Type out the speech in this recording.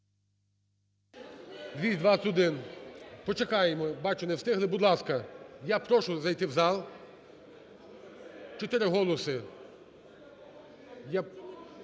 За-221 Почекаємо, бачу, не встигли. Будь ласка, я прошу зайти в зал, чотири голоси…